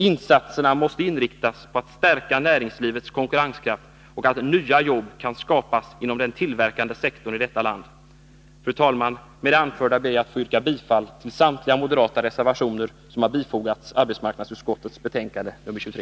Insatserna måste inriktas på att stärka näringslivets konkurrenskraft och på att nya jobb skapas inom den tillverkande sektorn i detta land. Fru talman! Med det anförda ber jag att få yrka bifall till samtliga moderata reservationer som har fogats till arbetsmarknadsutskottets betänkande nr 23.